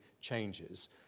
changes